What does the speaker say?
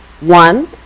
one